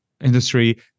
industry